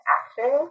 action